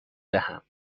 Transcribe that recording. دهم